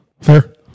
Fair